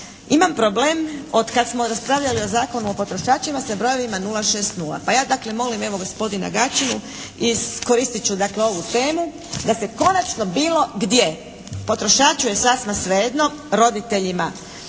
Imam problem otkad smo raspravljali o Zakonu o potrošačima sa brojevima 060, pa ja dakle molim evo gospodina Gačinu, iskoristit ću dakle ovu temu da se konačno bilo gdje, potrošaču je sasma svejedno, roditeljima